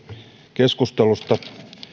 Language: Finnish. keskustelusta